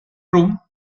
room